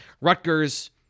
Rutgers